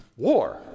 War